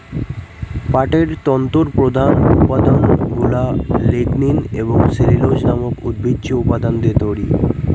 পাটের তন্তুর প্রধান উপাদানগুলা লিগনিন এবং সেলুলোজ নামক উদ্ভিজ্জ উপাদান দিয়ে তৈরি